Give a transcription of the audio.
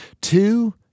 Two